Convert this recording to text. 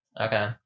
Okay